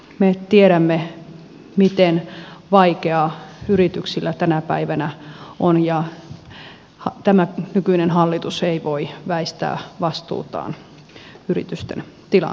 me tiedämme miten vaikeaa yrityksillä tänä päivänä on ja tämä nykyinen hallitus ei voi väistää vastuutaan yritysten tilanteesta